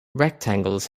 rectangles